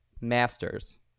Masters